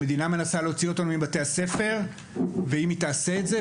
היא מנסה להוציא אותנו מבתי הספר ואם היא תעשה את זה,